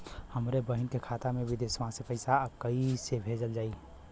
हमरे बहन के खाता मे विदेशवा मे पैसा कई से भेजल जाई?